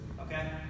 okay